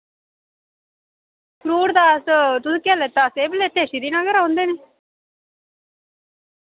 fruit ते अस तुस केह् लेता सेब लेते श्रीनगरा औंदे ने